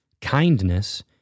kindness